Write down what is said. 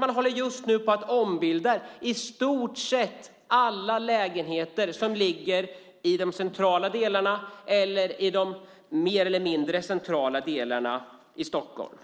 Man håller just nu på att ombilda i stort sett alla lägenheter som ligger i de mer eller mindre centrala delarna av Stockholm.